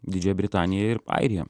didžiąją britaniją ir airiją